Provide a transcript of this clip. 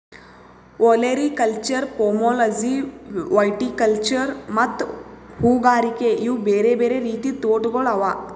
olericulture, pomology, viticulture ಮತ್ತ ಹೂಗಾರಿಕೆ ಇವು ಬೇರೆ ಬೇರೆ ರೀತಿದ್ ತೋಟಗೊಳ್ ಅವಾ